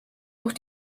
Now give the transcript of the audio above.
auch